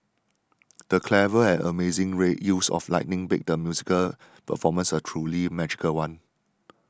the clever and amazing rain use of lighting made the musical performance a truly magical one